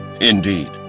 Indeed